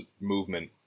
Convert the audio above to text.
movement